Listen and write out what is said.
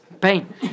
pain